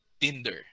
Tinder